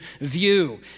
view